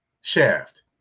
shaft